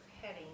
heading